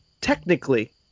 technically